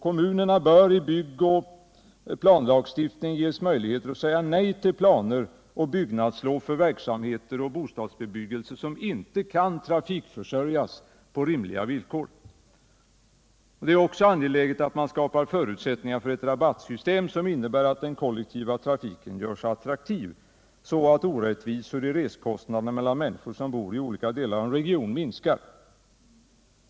Kommunerna bör i byggoch planlagstiftning ges möjligheter att säga nej till planer och byggnadslov för verksamheter och bostadsbebyggelse som inte kan trafikförsörjas på rimliga villkor. Det är också angeläget att förutsättningar skapas för ett rabattsystem som innebär att den kollektiva trafiken görs attraktiv, så att orättvisorna i reskostnader minskar mellan människor som bor i olika delar av regionen.